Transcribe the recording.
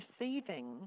receiving